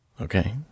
Okay